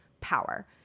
power